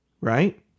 right